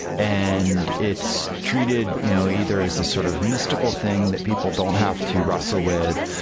and it's treated you know either as this sort of mystical thing that people don't have to wrestle with,